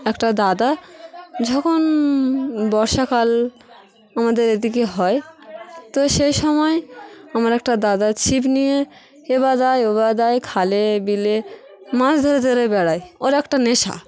একটা দাদা যখন বর্ষাকাল আমাদের এদিকে হয় তো সেই সময় আমার একটা দাদা ছিপ নিয়ে এ বাদায় ও বাদায় খালে বিলে মাছ ধরে ধরে বেড়ায় ওর একটা নেশা